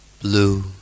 Blue